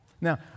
Now